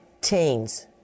teens